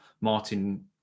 martin